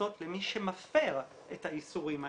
וקנסות למי שמפר את האיסורים האלה.